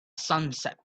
sunset